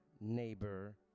neighbor